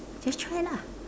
just try lah